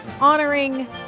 honoring